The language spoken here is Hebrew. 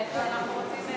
מה רוצים הם?